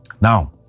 Now